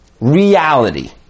reality